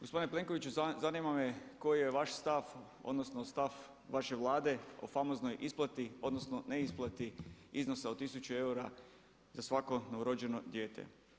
Gospodine Plenkoviću, zanima me koji je vaš stav odnosno stav vaše Vlade o famoznoj isplati odnosno neisplati iznosa od 1000 eura za svako novorođeno dijete.